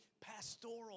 pastoral